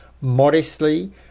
modestly